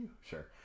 sure